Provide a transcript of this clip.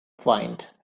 find